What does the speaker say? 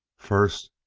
first,